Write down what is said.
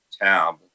tab